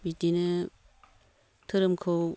बिदिनो धोरोमखौ